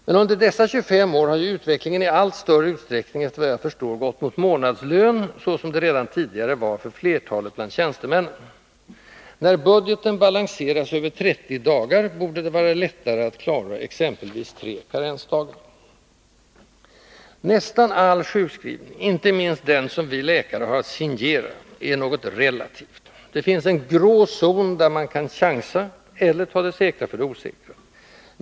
Men under dessa 25 år har ju utvecklingen i allt större utsträckning, efter vad jag förstår, gått mot månadslön, så som det redan tidigare var för flertalet bland tjänstemännen. När budgeten balanseras över 30 dagar borde det vara lättare att klara exempelvis 3 karensdagar. Nästan all sjukskrivning — inte minst den som vi läkare har att signera — är något ”relativt”. Det finns en grå zon, där man kan chansa — eller ta det säkra för det osäkra.